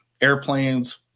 Airplanes